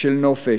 של נופש,